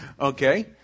Okay